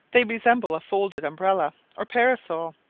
they resemble a folded umbrella or parasol,